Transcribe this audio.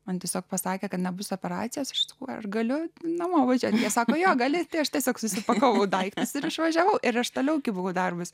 man tiesiog pasakė kad nebus operacijos štukų aš galiu namo važiuoti sako jog gali tai aš tiesiog susipakavau daiktus ir išvažiavau ir aš toliau buvo darbas